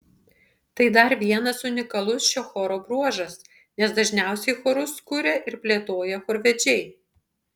tai dar vienas unikalus šio choro bruožas nes dažniausiai chorus kuria ir plėtoja chorvedžiai